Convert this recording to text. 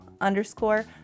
underscore